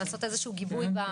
לעשות איזשהו גיבוי?